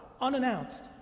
unannounced